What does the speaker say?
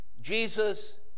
Jesus